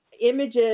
images